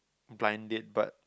blind date but